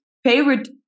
Favorite